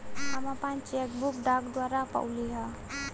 हम आपन cheque book डाक द्वारा पउली है